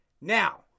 Now